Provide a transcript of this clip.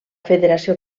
federació